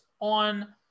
on